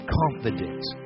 confidence